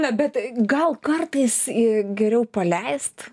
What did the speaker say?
ne bet gal kartais geriau paleist